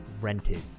rented